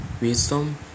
wisdom